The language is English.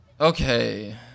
Okay